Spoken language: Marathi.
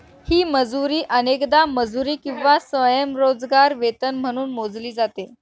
ही मजुरी अनेकदा मजुरी किंवा स्वयंरोजगार वेतन म्हणून मोजली जाते